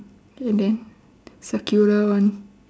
and then circular one